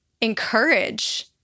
encourage